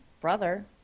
brother